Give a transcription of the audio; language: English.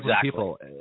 people